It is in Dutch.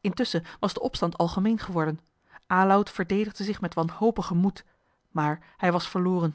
intusschen was de opstand algemeen geworden aloud verdedigde zich met wanhopigen moed maar hij was verloren